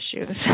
issues